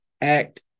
act